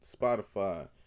Spotify